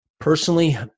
Personally